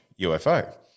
UFO